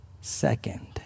second